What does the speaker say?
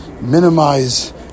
minimize